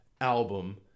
album